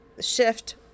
shift